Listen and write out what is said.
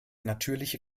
natürliche